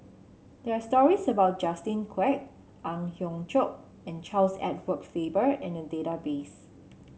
there are stories about Justin Quek Ang Hiong Chiok and Charles Edward Faber in the database